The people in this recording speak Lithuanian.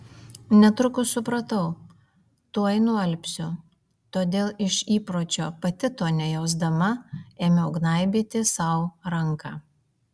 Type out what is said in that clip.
netrukus supratau tuoj nualpsiu todėl iš įpročio pati to nejausdama ėmiau gnaibyti sau ranką